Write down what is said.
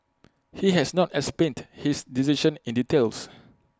he has not explained his decision in details